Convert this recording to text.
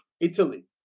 Italy